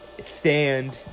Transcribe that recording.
Stand